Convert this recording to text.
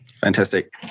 Fantastic